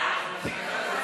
5 נתקבלו.